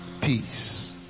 peace